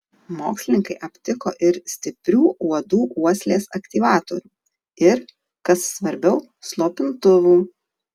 mokslininkai aptiko ir stiprių uodų uoslės aktyvatorių ir kas svarbiau slopintuvų